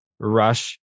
rush